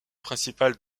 principale